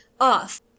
off